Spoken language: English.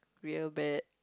real bad